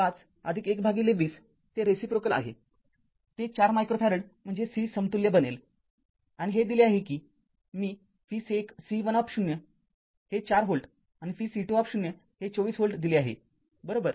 तर१५१२० ते रेसिप्रोकेल आहे ते ४ मायक्रो फॅरेड म्हणजे c समतुल्य बनेल आणि हे दिली आहे कि मी vC१ हे ४ व्होल्ट आणि vC२ हे २४ व्होल्ट दिले आहेबरोबर